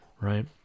right